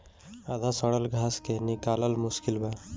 आधा सड़ल घास के निकालल मुश्किल बा